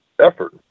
effort